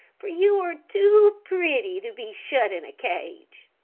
for you are too pretty to be shut in a cage.